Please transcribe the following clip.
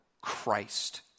Christ